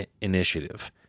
Initiative